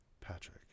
Patrick